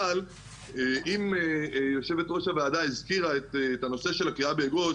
אבל אם יושבת ראש הוועדה הזכירה את הנושא של הקריאה באגוז,